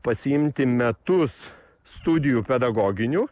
pasiimti metus studijų pedagoginių